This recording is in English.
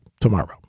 tomorrow